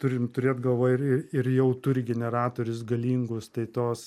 turime turėt galvoj ir ir ir jau turi generatorius galingus tai tos